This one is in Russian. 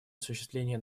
осуществление